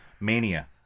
mania